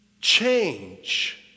change